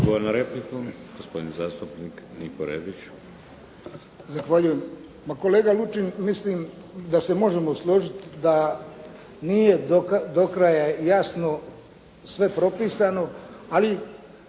Odgovor na repliku. Gospodin zastupnik Niko Rebić.